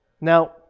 Now